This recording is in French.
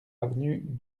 avenue